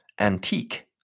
Antique